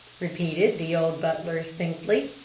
repeated the old butler succinctly.